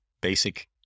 basic